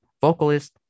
vocalist